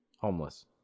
homeless